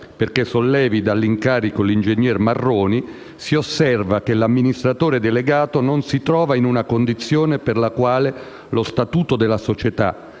perché sollevi dall'incarico l'ingegner Marroni, si osserva che l'amministratore delegato non si trova in una condizione per la quale lo statuto della società,